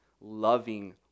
loving